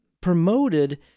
promoted